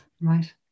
Right